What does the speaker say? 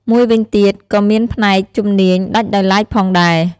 មួយវិញទៀត ក៏មានផ្នែកជំនាញដាច់ដោយឡែកផងដែរ។